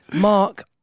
Mark